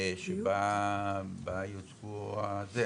שבו יוצגו הדברים.